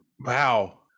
wow